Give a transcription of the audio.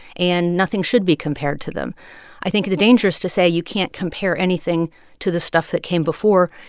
and nothing should be compared to them i think the danger is to say you can't compare anything to the stuff that came before,